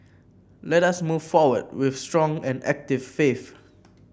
let us move forward with strong and active faith